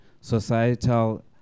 societal